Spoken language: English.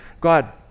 God